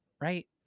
Right